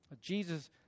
Jesus